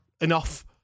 enough